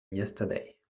yesterday